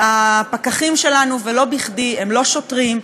הפקחים שלנו, ולא בכדי, הם לא שוטרים.